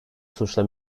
suçla